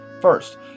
First